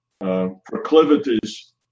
proclivities